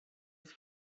his